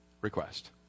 request